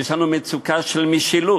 יש לנו מצוקה של משילות,